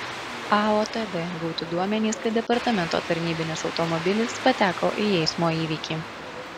aotd gauti duomenys kad departamento tarnybinis automobilis pateko į eismo įvykį